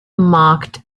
marked